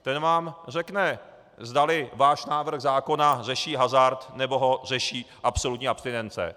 Ten vám řekne, zdali váš návrh zákona řeší hazard, nebo ho řeší absolutní abstinence.